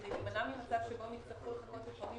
כדי להימנע ממצב שבו הם יצטרכו לחכות לפעמים